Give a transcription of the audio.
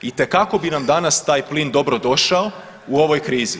Itekako bi nam danas taj plin dobrodošao u ovoj krizi.